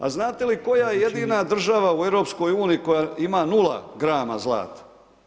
A znate koja jedina država u EU koja ima nula grama zlata?